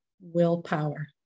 willpower